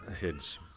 heads